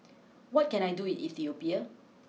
what can I do Ethiopia